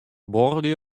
buorlju